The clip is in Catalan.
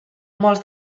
molts